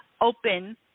open